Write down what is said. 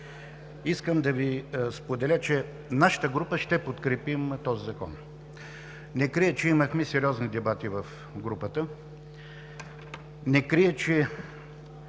искам да Ви споделя, че нашата група ще подкрепи този законопроект. Не крия, че имахме сериозни дебати в групата. Не крия, че